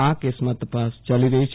આ કેસમાં તપાસ યાલી રહી છે